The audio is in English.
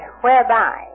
whereby